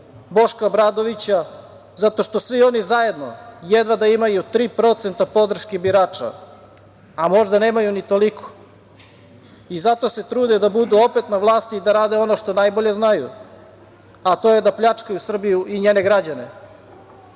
Boška Obradovića zato što svi oni zajedno da imaju 3% podrške birača, a možda nemaju ni toliko. Zato se trude da budu opet na vlasti i da rade ono što najbolje znaju, a to je da pljačkaju Srbiju i njene građane.